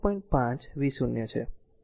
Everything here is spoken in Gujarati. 5 v0 છે